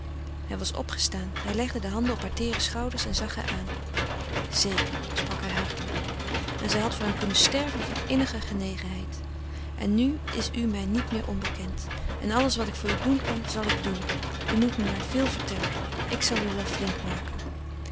hij was opgestaan hij legde de handen op haar teedere schouders en zag haar aan zeker sprak hij hartelijk en zij had voor hem kunnen sterven van innige genegenheid en nu is u mij niet meer onbekend en alles wat ik voor u doen kan zal ik doen u moet me maar veel vertellen ik zal u wel flink maken